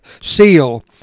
seal